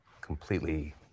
completely